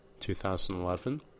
2011